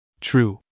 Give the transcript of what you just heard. True